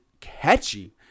catchy